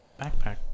backpack